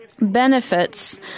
benefits